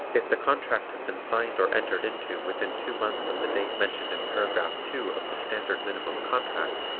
if the contract has been signed or entered into within two months of the date mentioned in paragraph two of the standard minimum contract,